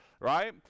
right